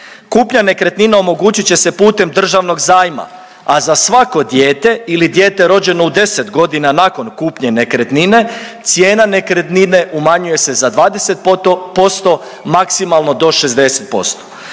Kupnja nekretnina omogućit će se putem državnog zajma, a za svako dijete ili dijete rođeno u deset godina nakon kupnje nekretnine, cijena nekretnine umanjuje se za 20% maksimalno do 60%.